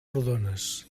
rodones